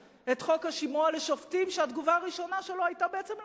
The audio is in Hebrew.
את חוק השימוע לשופטים כשהתגובה הראשונה שלו היתה: בעצם,